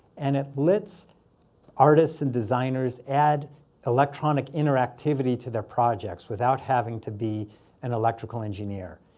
and it lets artists and designers add electronic interactivity to their projects without having to be an electrical engineer.